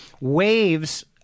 waves